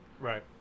Right